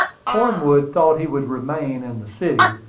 cornwood thought he would remain in the city,